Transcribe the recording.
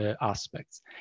aspects